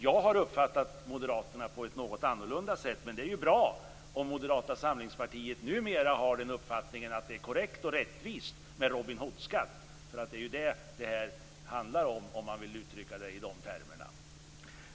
Jag har uppfattat Moderaterna på ett något annorlunda sätt, men det är bra om Moderata samlingspartiet numera har den uppfattningen att det är korrekt och rättvist med Robin Hood-skatt. Det är ju det som det handlar om, om man vill uttrycka det i de termerna.